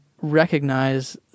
recognize